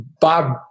Bob